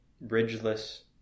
bridgeless